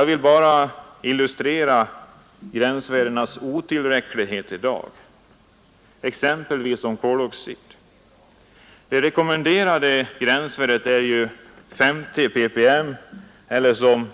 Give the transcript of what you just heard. Jag vill illustrera gränsvärdenas otillräcklighet i dag exempelvis när det gäller koloxid. Det rekommendrade gränsvärdet är 50 ppm eller, som